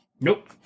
Nope